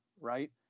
right